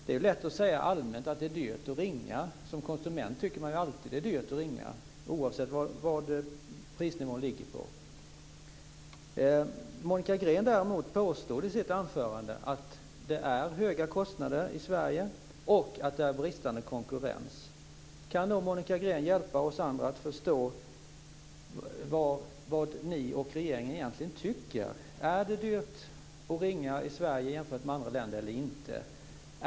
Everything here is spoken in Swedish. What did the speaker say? Det är lätt att allmänt säga att det är dyrt att ringa. Som konsument tycker man ju alltid att det är dyrt att ringa, oavsett vilken prisnivå det är. Monica Green påstår däremot i sitt anförande att det är höga kostnader i Sverige och att det är bristande konkurrens. Kan då Monica Green hjälpa oss andra att förstå vad ni och regeringen egentligen tycker? Är det dyrt att ringa i Sverige jämfört med andra länder eller inte?